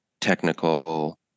technical